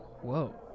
whoa